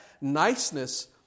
niceness